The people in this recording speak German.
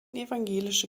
evangelische